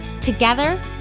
Together